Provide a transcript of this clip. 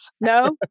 No